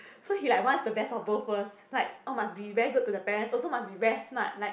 so he like wants the best of both worlds like oh must be very good to the parents also must be very smart like